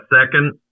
second